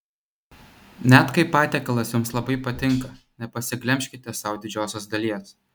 net kai patiekalas jums labai patinka nepasiglemžkite sau didžiosios dalies